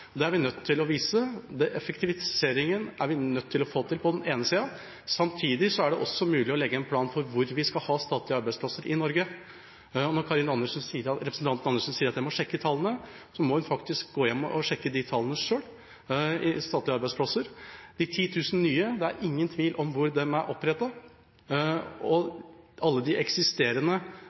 er vi nødt til å vise. Effektivisering er vi nødt til å få til på den ene sida, samtidig er det også mulig å legge en plan for hvor vi skal ha statlige arbeidsplasser i Norge. Når representanten Andersen sier at jeg må sjekke tallene, må hun faktisk gå hjem og sjekke de tallene selv – når det gjelder statlige arbeidsplasser – de 10 000 nye er det ingen tvil om hvor er opprettet. Av alle de eksisterende